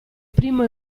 primo